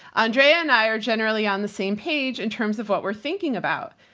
andrea and i are generally on the same page in terms of what we're thinking about.